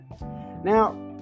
Now